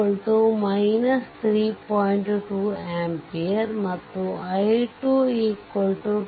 2 ampere ಮತ್ತು i2 2